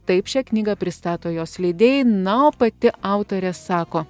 taip šią knygą pristato jos leidėjai na o pati autorė sako